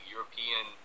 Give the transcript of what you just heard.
European